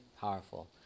powerful